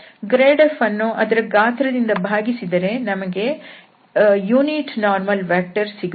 grad f ಅನ್ನು ಅದರ ಗಾತ್ರ ದಿಂದ ಭಾಗಿಸಿದರೆ ನಮಗೆ ಏಕಾಂಶ ಲಂಬ ಸದಿಶ ಸಿಗುತ್ತದೆ